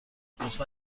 لطفا